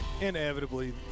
inevitably